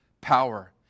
power